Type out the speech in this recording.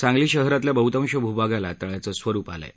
सांगली शहरातल्या बहतांश भूभागाला तळ्याचं स्वरूप आलं आहे